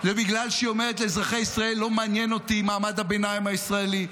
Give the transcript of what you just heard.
זה בגלל שהיא אומרת לאזרחי ישראל: לא מעניין אותי מעמד הביניים הישראלי,